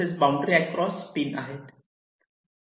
तसेच boundary across pin आहेत